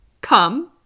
Come